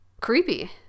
Creepy